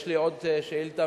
יש לי עוד שאילתא?